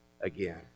again